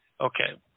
Okay